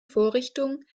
vorrichtung